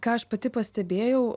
ką aš pati pastebėjau